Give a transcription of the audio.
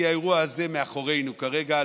כי האירוע הזה מאחורינו כרגע,